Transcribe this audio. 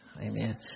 amen